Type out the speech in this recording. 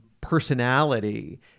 personality